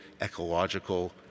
ecological